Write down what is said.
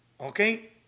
Okay